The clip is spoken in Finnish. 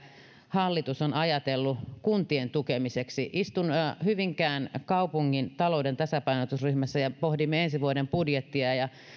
hallitus on ajatellut kuntien tukemiseksi istun hyvinkään kaupungin talouden tasapainostusryhmässä ja pohdimme ensi vuoden budjettia